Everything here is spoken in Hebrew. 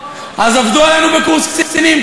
אז עבדו עלינו בקורס קצינים,